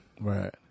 Right